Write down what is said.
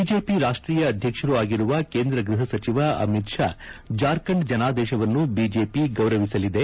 BJP ರಾಷ್ಟೀಯ ಅಧ್ಯಕ್ಷರೂ ಆಗಿರುವ ಕೇಂದ್ರ ಗ್ಬಹ ಸಚಿವ ಅಮಿತ್ ಷಾ ಜಾರ್ಖಂಡ್ ಜನಾದೇಶವನ್ನು ಬಿಜೆಪಿ ಗೌರವಿಸಲಿದೆ